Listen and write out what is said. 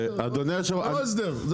זה לא ההסדר.